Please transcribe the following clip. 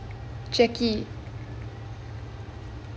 jackie